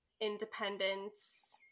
independence